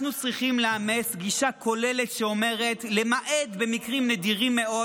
אנחנו צריכים לאמץ גישה כוללת שלמעט במקרים נדירים מאוד